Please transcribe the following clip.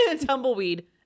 tumbleweed